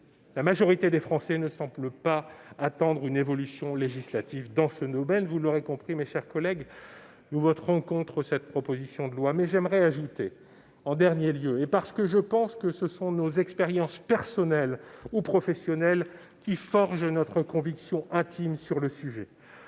la majorité des Français ne semblent pas attendre une évolution législative dans ce domaine. Vous l'aurez compris, mes chers collègues, nous voterons contre cette proposition de loi. Enfin, comme je pense que ce sont nos expériences personnelles ou professionnelles qui forgent notre conviction intime sur le sujet,